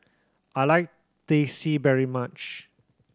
I like Teh C very much